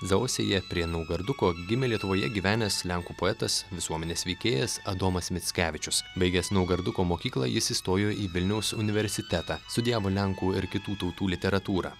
zaosėje prie naugarduko gimė lietuvoje gyvenęs lenkų poetas visuomenės veikėjas adomas mickevičius baigęs naugarduko mokyklą jis įstojo į vilniaus universitetą studijavo lenkų ir kitų tautų literatūrą